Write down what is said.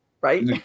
right